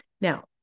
Now